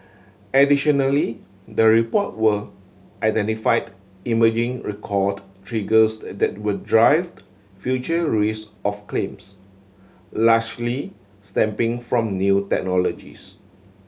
additionally the report were identified emerging recalled triggers that will drive future risk of claims largely from new technologies